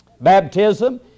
Baptism